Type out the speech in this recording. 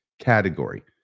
category